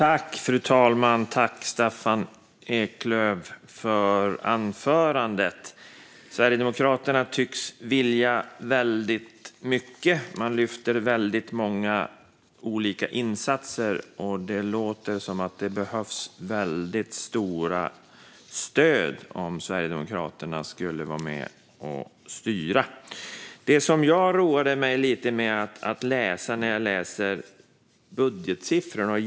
Fru talman! Tack, Staffan Eklöf, för anförandet! Sverigedemokraterna tycks vilja väldigt mycket. Man lyfter fram väldigt många olika insatser, och det låter som om det behövs väldigt stora stöd om Sverigedemokraterna skulle vara med och styra. Jag har roat mig lite med att läsa och jämföra budgetsiffror.